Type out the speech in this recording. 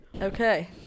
okay